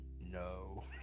No